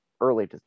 early